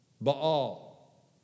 Baal